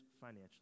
financially